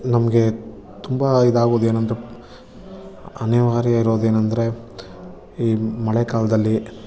ನಮಗೆ ತುಂಬ ಇದಾಗೋದು ಏನಂದರೆ ಅನಿವಾರ್ಯ ಇರೋದೇನಂದ್ರೆ ಈ ಮಳೆಗಾಲ್ದಲ್ಲಿ ತಬ್